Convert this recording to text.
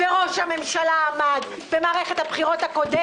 וראש הממשלה עמד במערכת הבחירות הקודמת